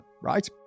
right